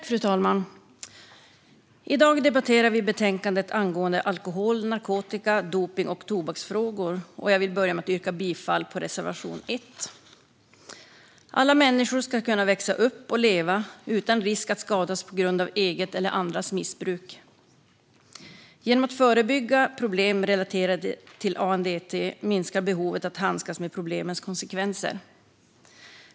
Fru talman! I dag debatterar vi betänkandet angående alkohol, narkotika, dopnings och tobaksfrågor. Jag vill börja med att yrka bifall till reservation 1. Alla människor ska kunna växa upp och leva utan risk att skadas på grund av eget eller andras missbruk. Genom att förebygga problem relaterade till ANDT minskar behovet av att handskas med problemens konsekvenser.